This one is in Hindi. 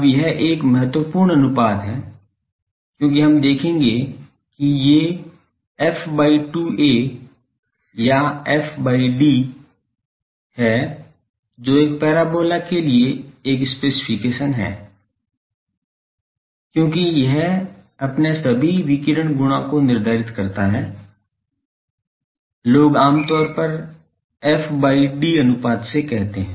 अब यह एक महत्वपूर्ण अनुपात है क्योंकि हम देखेंगे कि ये f by 2a या f by d है जो एक पैराबोला के लिए एक स्पेसिफिकेशन है क्योंकि यह अपने सभी विकिरण गुणों को निर्धारित करता है लोग आमतौर पर f by d अनुपात से कहते हैं